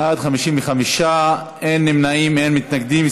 בעד, 55, אין נמנעים, אין מתנגדים.